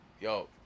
yo